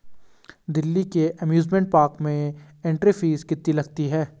दिल्ली के amusement park में entry fee कितनी लगती है?